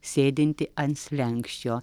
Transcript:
sėdintį ant slenksčio